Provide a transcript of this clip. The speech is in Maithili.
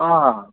हँ